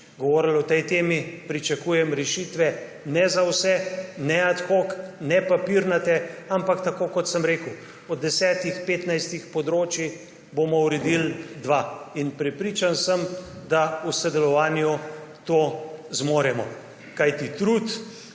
govorili o tej temi, pričakujem rešitve, ne za vse, ne ad hoc, ne papirnate, ampak tako, kot sem rekel, od 10, 15 področij bomo uredili 2. In prepričan sem, da v sodelovanju to zmoremo, kajti trud